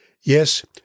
Yes